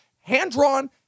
hand-drawn